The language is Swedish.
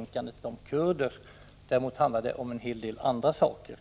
mycket litet om kurder, däremot om en del andra saker.